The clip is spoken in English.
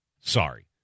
Sorry